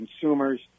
consumers